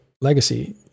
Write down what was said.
Legacy